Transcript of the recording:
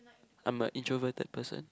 I'm a introverted person